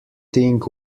thing